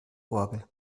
orgel